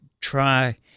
try